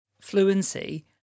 fluency